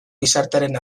gizartearen